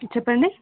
చెప్పండి